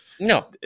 No